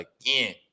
again